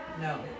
No